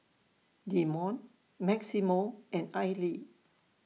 Demond Maximo and Aili